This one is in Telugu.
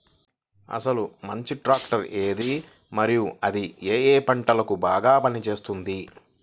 అసలు మంచి ట్రాక్టర్ ఏది మరియు అది ఏ ఏ పంటలకు బాగా పని చేస్తుంది?